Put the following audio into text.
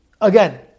again